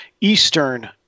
eastern